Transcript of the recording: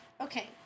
Okay